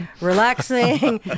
relaxing